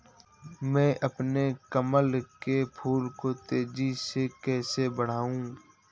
मैं अपने कमल के फूल को तेजी से कैसे बढाऊं?